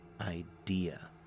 idea